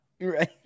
Right